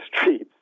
streets